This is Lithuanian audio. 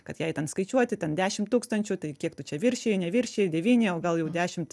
kad jai ten skaičiuoti ten dešim tūkstančių tai kiek tu čia viršijai neviršijai devyni o gal jau dešimt